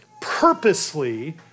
purposely